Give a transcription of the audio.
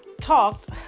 talked